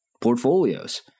portfolios